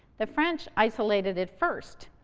the french isolated it first,